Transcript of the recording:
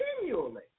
continually